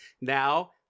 now